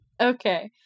okay